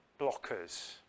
blockers